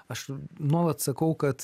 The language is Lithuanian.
aš nuolat sakau kad